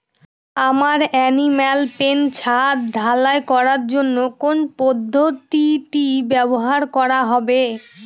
আমার animal pen ছাদ ঢালাই করার জন্য কোন পদ্ধতিটি ব্যবহার করা হবে?